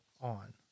on